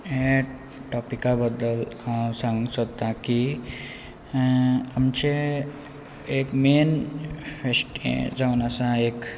ह्या टॉपिका बद्दल हांव सांगूंक सोदतां की आमचे एक मेन फेस्ट हे जावन आसा एक